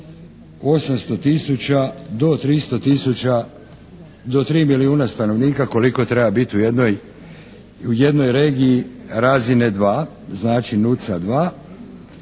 800 tisuća do 300 tisuća do 3 milijuna stanovnika koliko treba biti u jednoj regiji razine 2, znači … dva i